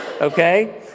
Okay